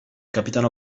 capitano